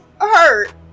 hurt